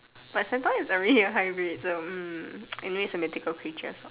but centaur is already a hybrid so hmm anyway its a mythical creature so